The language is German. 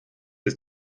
ist